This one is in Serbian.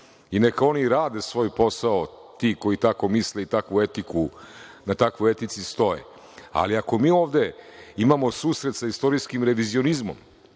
i neka oni rade svoj posao, ti koji tako misle i na takvoj etici stoje, ali ako mi ovde imamo susret sa istorijskim revizionizmom